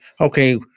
okay